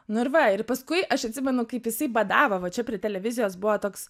nu ir va ir paskui aš atsimenu kaip jisai badavo va čia prie televizijos buvo toks